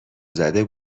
زده